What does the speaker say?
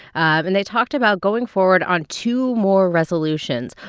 and they talked about going forward on two more resolutions.